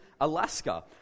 Alaska